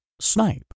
snipe